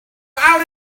out